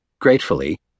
Gratefully